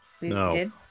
No